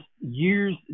years